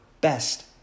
best